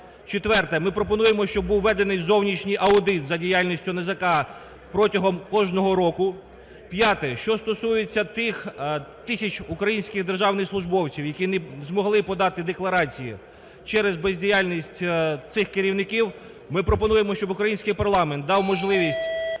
Четверте: ми пропонуємо, щоб введений зовнішній аудит за діяльністю НАЗК протягом кожного року. П'яте, що стосується тих тисяч українських державних службовців, які не змогли подати декларації через бездіяльність цих керівників, ми пропонуємо, щоб українських парламент дав можливість